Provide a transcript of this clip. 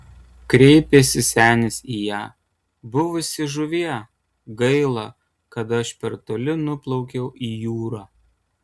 kreipėsi senis į ją buvusi žuvie gaila kad aš per toli nuplaukiau į jūrą